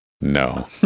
No